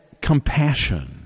compassion